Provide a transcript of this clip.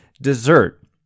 dessert